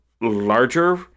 larger